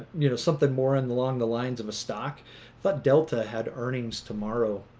you know something more and along the lines of a stock thought delta had earnings tomorrow